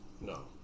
No